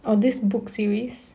or this book series